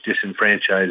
disenfranchised